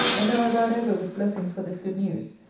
and then i ran over with blessings for this good news,